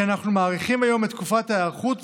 כי אנחנו מאריכים היום את תקופת ההיערכות,